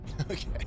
Okay